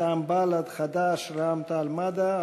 מטעם בל"ד, חד"ש, רע"ם-תע"ל-מד"ע.